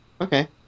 okay